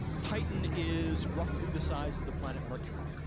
titan is roughly the size of the planet mercury.